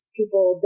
people